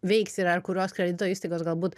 veiks ir ar kuriuos kredito įstaigos galbūt